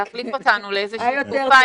אותנו לאיזה שהיא תקופה,